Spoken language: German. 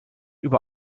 über